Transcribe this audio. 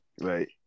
right